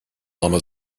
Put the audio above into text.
lama